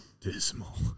Dismal